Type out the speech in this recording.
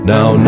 Now